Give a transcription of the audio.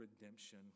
redemption